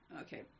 Okay